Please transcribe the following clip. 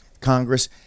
Congress